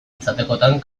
izatekotan